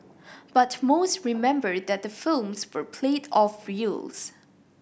but most remember that the films were played off reels